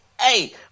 hey